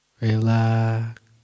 relax